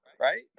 right